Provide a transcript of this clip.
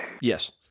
Yes